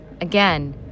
Again